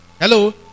Hello